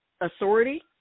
authority